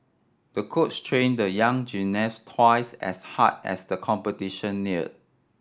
the coach trained the young gymnast twice as hard as the competition near